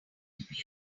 orange